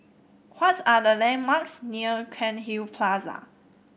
what are the landmarks near Cairnhill Plaza